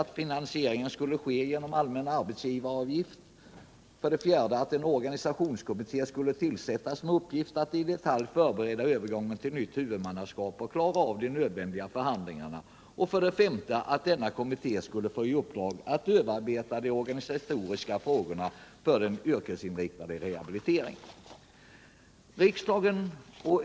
En organisationskommitté skulle tillsättas med uppgift att i detalj förbereda övergången till nytt huvudmannaskap och klara av de nödvändiga förhandlingarna. 5. Denna kommitté skulle få i uppdrag att överarbeta de organisatoriska frågorna för den yrkesinriktade rehabiliteringen.